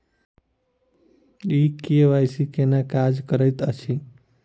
ई KYC केना काज करैत अछि?